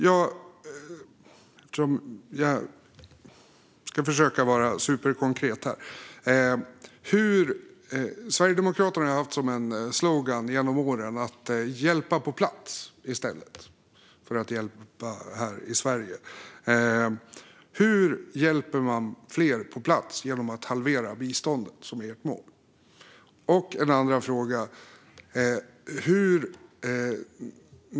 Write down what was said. Jag ska försöka vara superkonkret här. Sverigedemokraterna har ju haft som slogan genom åren att vi ska hjälpa på plats i stället för att hjälpa här i Sverige. Hur hjälper man fler på plats genom att halvera biståndet, vilket är ert mål? Jag har också en andra fråga.